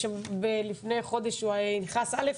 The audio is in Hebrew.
לפני חודש הוא נכנס א',